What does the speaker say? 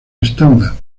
estándar